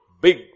big